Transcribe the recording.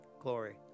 glory